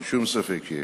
אין שום ספק שיש.